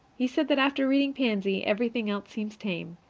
he says that after reading pansy, anything else seems tame.